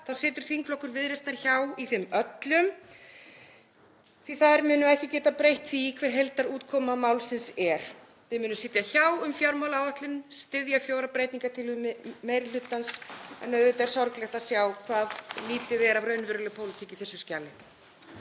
þá situr þingflokkur Viðreisnar hjá í þeim öllum því að þær munu ekki geta breytt því hver heildarútkoman málsins er. Við munum sitja hjá um fjármálaáætlun, styðja fjórar breytingartillögur meiri hlutans en auðvitað er sorglegt að sjá hvað lítið er af raunverulegri pólitík í þessu skjali.